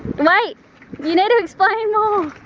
like you know to explain more! i